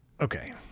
Okay